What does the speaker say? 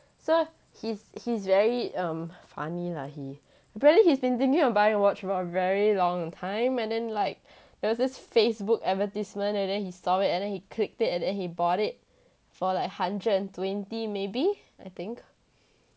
so he's he's very um funny lah he apparently he's been thinking of buying a watch for a very long time and then like there was this facebook advertisement and then he saw it and then he clicked it and then he bought it for like hundred twenty maybe I think